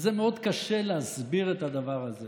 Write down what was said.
וזה מאוד קשה להסביר את הדבר הזה,